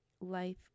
life